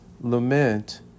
lament